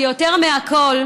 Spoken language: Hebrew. כי יותר מכול,